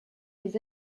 des